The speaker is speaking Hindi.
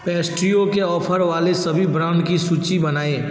पेस्ट्रियों के ऑफ़र वाले सभी ब्रांड की सूची बनाएँ